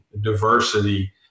diversity